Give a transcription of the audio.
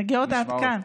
מגיעות עד כאן.